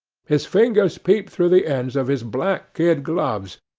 his fingers peeped through the ends of his black kid gloves,